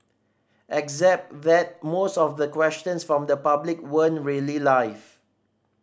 except that most of the questions from the public weren't really live